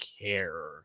care